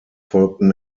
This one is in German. folgten